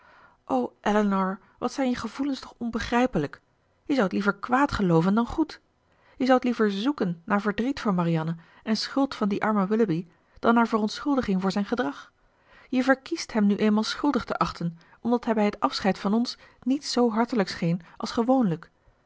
o elinor wat zijn je gevoelens toch onbegrijpelijk je zoudt liever kwaad gelooven dan goed je zoudt liever zoeken naar verdriet voor marianne en schuld van dien armen willoughby dan naar verontschuldiging voor zijn gedrag je verkiest hem nu eenmaal schuldig te achten omdat hij bij het afscheid van ons niet zoo hartelijk scheen als gewoonlijk